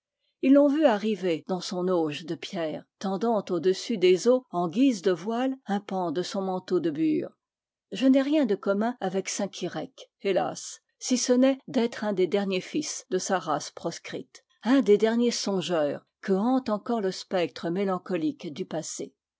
ils l'ont vu arriver dans son auge de pierre tendant audessus des eaux en guise de voile un pan de son manteau de bure je n'ai rien de commun avec saint kirek hélas si ce n'est d'être un des derniers fils de sa race proscrite un des derniers songeurs que hante encore le spectre mélan colique du passé